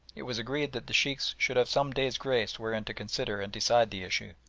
it was agreed that the sheikhs should have some days' grace wherein to consider and decide the issue.